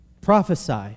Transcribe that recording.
Prophesy